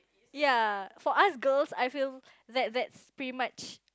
ya for us girls I feel that that's pretty much